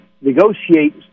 negotiate